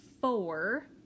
four